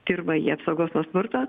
pirmąjį apsaugos nuo smurto